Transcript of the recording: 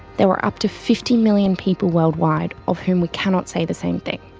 there were up to fifty million people worldwide of whom we cannot say the same thing.